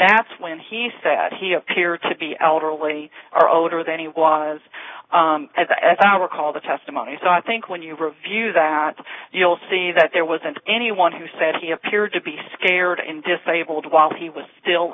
that's when he said he appeared to be elderly or older than he was as a as our call the testimony so i think when you review that you'll see that there wasn't anyone who said he appeared to be scared and disabled while he was still